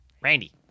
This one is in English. Randy